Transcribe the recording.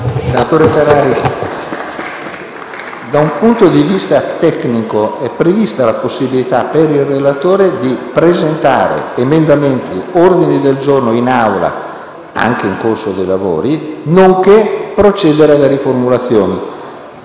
Senatore Ferrari, da un punto di vista tecnico è prevista la possibilità per il relatore di presentare emendamenti e ordini del giorno in Assemblea, anche nel corso dei lavori, nonché di procedere a riformulazioni,